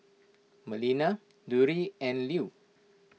Melina Drury and Lew